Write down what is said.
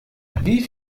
wie